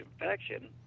infection